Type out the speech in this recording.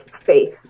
faith